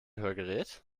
hörgerät